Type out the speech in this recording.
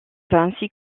ainsi